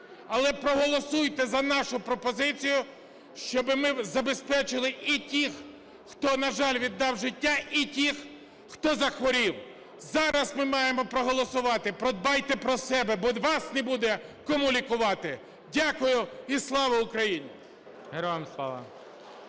але проголосуйте за нашу пропозицію, щоб ми забезпечили і тих, хто, на жаль, віддав життя, і тих, хто захворів. Зараз ми маємо проголосувати. Подбайте про себе, бо вас не буде кому лікувати. Дякую. І слава Україні! ГОЛОВУЮЧИЙ.